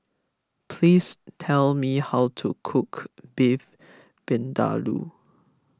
please tell me how to cook Beef Vindaloo